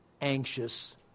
anxious